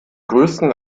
größten